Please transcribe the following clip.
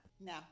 No